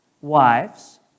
Wives